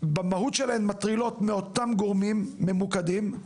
במהות שלהן מטרילות מאותם גורמים ממוקדים.